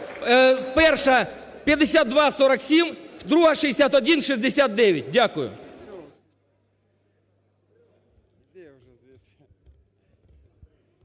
Перша – 5247, друга – 6169. Дякую.